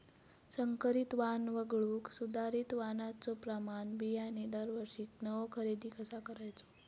संकरित वाण वगळुक सुधारित वाणाचो प्रमाण बियाणे दरवर्षीक नवो खरेदी कसा करायचो?